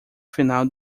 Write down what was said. final